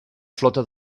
flota